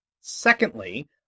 Secondly